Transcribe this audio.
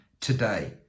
today